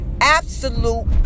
Absolute